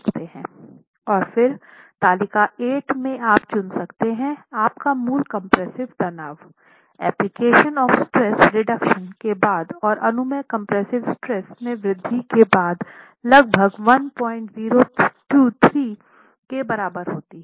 और फिर तालिका 8 में आप चुन सकते हैं आपका मूल कम्प्रेस्सिव तनाव एप्लीकेशन ऑफ़ स्ट्रेस रिडक्शन के बाद और अनुमेय कंप्रेसिव स्ट्रेस में वृद्धि के बाद लगभग 103 के बराबर होती है